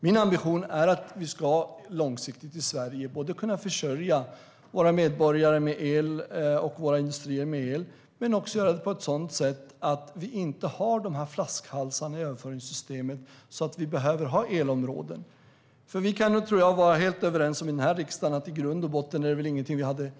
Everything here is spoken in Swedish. Min ambition är att vi långsiktigt i Sverige ska kunna försörja våra medborgare och industrier med el men på ett sådant sätt att vi inte får flaskhalsar i överföringssystemet så att vi behöver ha elområden. Jag tror att vi kan vara helt överens i den här riksdagen om att i grund och botten är det här ingenting som vi ville göra.